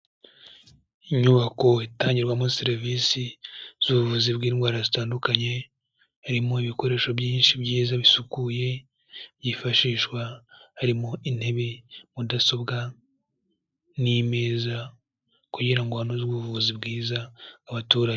Inyubako itangirwamo serivisi z'ubuvuzi bw'indwara zitandukanye, harimo ibikoresho byinshi byiza bisukuye, byifashishwa harimo intebe, mudasobwa, n'imeza, kugira ngo hanozwe ubuvuzi bwiza bw'abaturage.